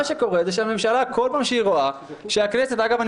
מה שקורה זה שהממשלה כל פעם שהיא רואה שהכנסת אגב,